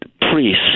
priests